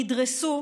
נדרסו,